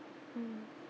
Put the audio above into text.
mm